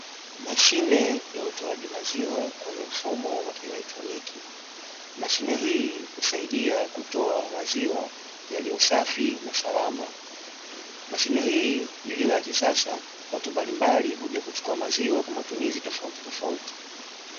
Mashine ya utoaji maziwa kwenye mfumo wa kielektroniki. Mashine hii husaidia kutoa maziwa yaliyo safi na salama, mashine hii ilyo ya kisasa watu mbalimbali hua kuchukua maziwa kwa matumzi tofautitofauti.